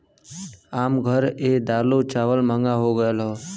आम घर ए दालो चावल महंगा हो गएल हौ